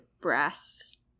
brass